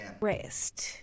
rest